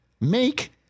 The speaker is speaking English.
make